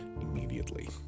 immediately